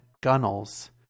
Gunnels